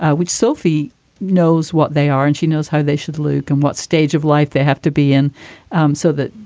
ah which sophie knows what they are and she knows how they should look and what stage of life they have to be in um so that,